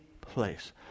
place